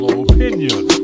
opinion